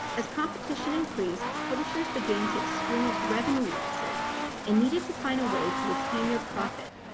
as competition increased, publishers began to experience revenue losses and needed to find a way to retain their profit.